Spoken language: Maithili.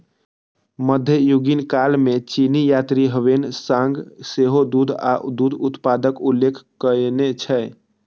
मध्ययुगीन काल मे चीनी यात्री ह्वेन सांग सेहो दूध आ दूध उत्पादक उल्लेख कयने छै